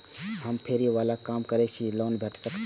हम फैरी बाला काम करै छी लोन कैना भेटते?